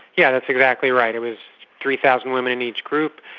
yeah that's exactly right, it was three thousand women in each group,